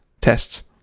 tests